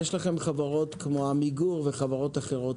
יש לכם חברות כמו עמיגור וחברות אחרות.